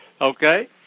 Okay